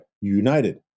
United